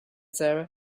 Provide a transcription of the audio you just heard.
sarah